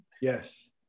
Yes